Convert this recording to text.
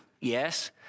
yes